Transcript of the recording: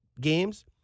games